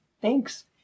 thanks